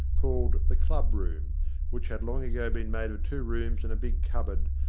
called the club-room which had long ago been made of two rooms and a big cupboard,